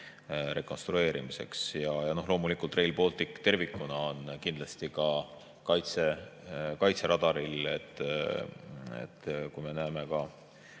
rekonstrueerimiseks. Ja loomulikult, Rail Baltic tervikuna on kindlasti kaitseradaril. Kui me näeme ka